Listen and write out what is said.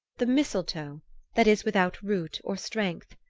the mistletoe that is without root or strength.